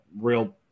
real